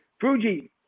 fuji